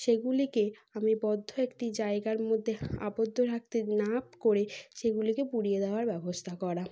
সেগুলিকে আমি বদ্ধ একটি জায়গার মধ্যে আবদ্ধ রাখতে না করে সেগুলিকে পুড়িয়ে দেওয়ার ব্যবস্থা করা